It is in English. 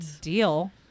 deal